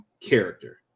character